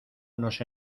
unos